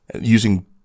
using